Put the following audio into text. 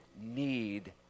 need